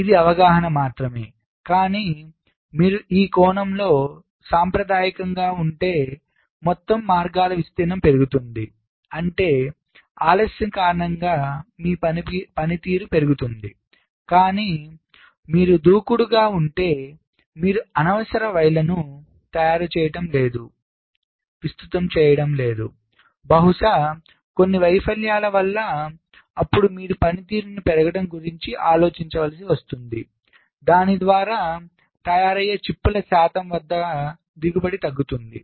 కాబట్టి ఇది అవగాహన మాత్రమే కానీ మీరు ఈ కోణంలో సాంప్రదాయికంగా ఉంటే మొత్తం మార్గాల విస్తీర్ణం పెరుగుతుంది అంటే ఆలస్యం కారణంగా మీ పనితీరు పెరుగుతుంది కానీ మీరు దూకుడుగా ఉంటే మీరు అనవసరంగా వైర్లను తయారు చేయడం లేదు విస్తృత చేయడం బహుశా కొన్ని వైఫల్యాల వల్ల అప్పుడు మీరు పనితీరును పెరగడం గురించి ఆలోచించ వలసి వస్తుంది దాని ద్వారా తయారయ్యే సరైన చిప్ల శాతం వద్ద దిగుబడి తగ్గుతుంది